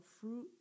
fruit